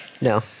No